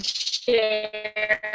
share